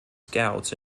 scouts